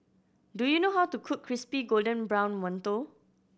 do you know how to cook crispy golden brown mantou